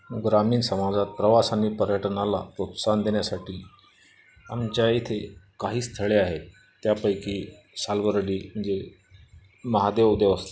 ग्रामीण समाजात प्रवास आणि पर्यटनाला प्रोत्साहन देण्यासाठी आमच्या इथे काही स्थळे आहे त्यापैकी सालबर्डी जे महादेव देवस्थान